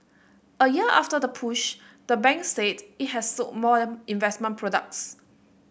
a year after the push the bank said it has sold more investment products